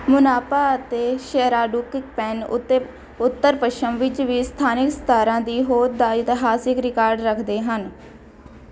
ਮੋਨਾਪਾ ਅਤੇ ਸ਼ੇਰਾਡੁੱਕ ਪੈਨ ਉੱਤੇ ਉੱਤਰ ਪੱਛਮ ਵਿੱਚ ਵੀ ਸਥਾਨਿਕ ਸਤਾਰਾਂ ਦੀ ਹੋਂਦ ਦਾ ਇਤਿਹਾਸਿਕ ਰਿਕਾਡ ਰੱਖਦੇ ਹਨ